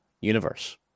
universe